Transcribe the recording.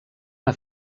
una